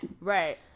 Right